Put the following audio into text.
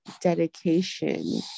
dedication